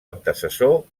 antecessor